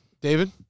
David